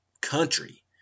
country